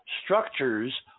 structures